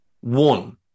One